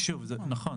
נכון,